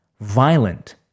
violent